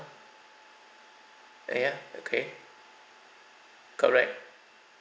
uh ya okay correct